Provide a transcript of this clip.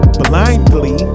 blindly